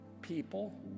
people